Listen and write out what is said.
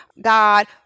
God